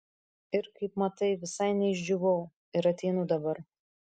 ir kaip matai visai neišdžiūvau ir ateinu dabar